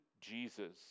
Jesus